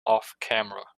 offcamera